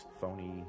phony